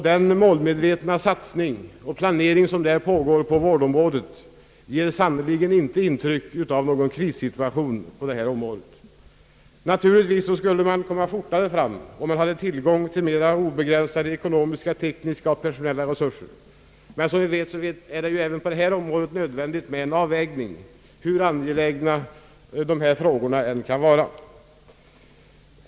Den målmedvetna planering och satsning som pågår på vårdområdet ger sannerligen inte intryck av någon krissituation. Naturligtvis skulle man komma fortare fram med obegränsade ekonomiska, tekniska och personella resurser. Men som vi vet är det även på detta område nödvändigt med en avvägning, hur angelägna frågor det än finns.